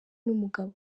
n’umugabo